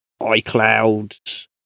iCloud